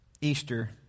Easter